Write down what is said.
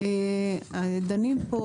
דנים פה